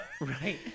Right